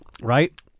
right